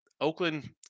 Oakland